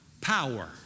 Power